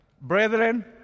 Brethren